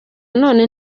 none